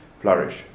Flourish